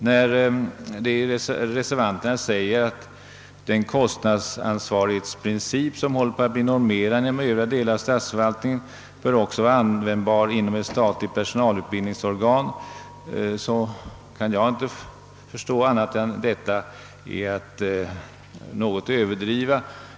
När reservanterna säger att den kostnadsansvarighetsprincip som håller på att bli normerande inom övriga delar av statsförvaltningen också bör bli användbar inom ett statligt personalutbildningsorgan, så kan jag inte förstå annat än att detta är att något överdriva.